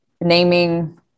naming